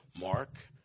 Mark –